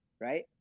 right